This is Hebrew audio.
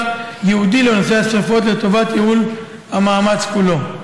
ייעודי לנושא השרפות לטובת ייעול המאמץ כולו.